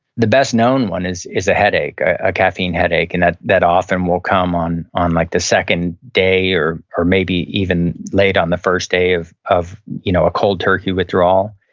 the best known one is a headache, a caffeine headache, and that that often will come on on like the second day or or maybe even late on the first day of of you know a cold turkey withdrawal,